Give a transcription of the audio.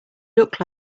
look